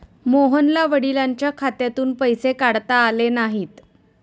मोहनला वडिलांच्या खात्यातून पैसे काढता आले नाहीत